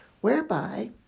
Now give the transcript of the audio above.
whereby